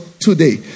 today